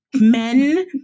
men